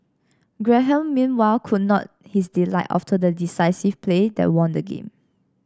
Graham meanwhile could not his delight after the decisive play that won the game